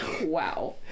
wow